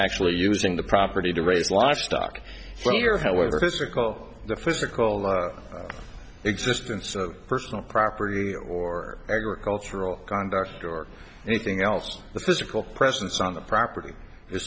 actually using the property to raise livestock here however physical the physical existence of personal property or cultural conduct or anything else the physical presence on the property is